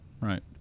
Right